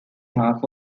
half